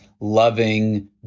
loving